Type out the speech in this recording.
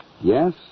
Yes